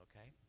okay